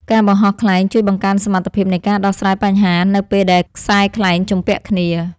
ការបង្ហោះខ្លែងជួយបង្កើនសមត្ថភាពនៃការដោះស្រាយបញ្ហានៅពេលដែលខ្សែខ្លែងជំពាក់គ្នា។